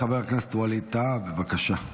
חבר הכנסת ווליד טאהא, בבקשה.